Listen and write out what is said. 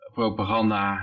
propaganda